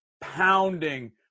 pounding